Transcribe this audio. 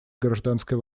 гражданской